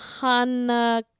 hana